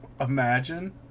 Imagine